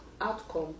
outcome